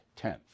10th